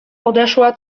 odeszła